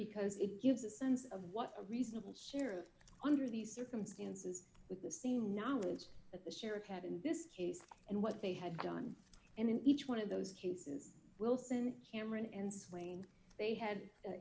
because it gives a sense of what a reasonable scenario under these circumstances with the same knowledge that the sheriff kevin this case and what they had done and in each one of those cases wilson cameron and swing they had